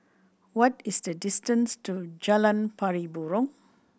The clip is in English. what is the distance to Jalan Pari Burong